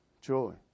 joy